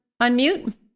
unmute